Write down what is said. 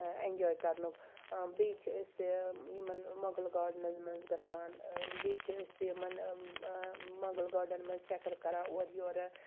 اٮ۪نجاے کَرنُک بیٚیہِ چھِ أسۍ یِمَن مغل گاڈنَن منٛز گژھان بیٚیہِ چھِ أسۍ یِمَن مغل گاڈنَن منٛز چَکَر کران اورٕ یورٕ